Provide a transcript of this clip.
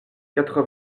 quatre